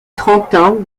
trentin